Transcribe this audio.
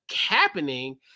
happening